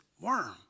worm